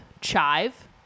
Chive